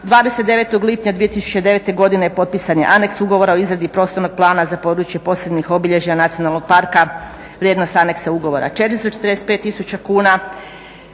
29. lipnja 2009. godine potpisan je aneks ugovora o izradi prostornog plana za područje posebnih obilježja nacionalnog parka, vrijednost aneksa ugovora je 445 tisuća